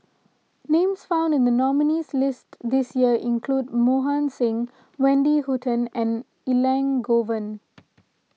names found in the nominees' list this year include Mohan Singh Wendy Hutton and Elangovan